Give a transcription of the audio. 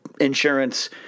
insurance